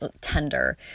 tender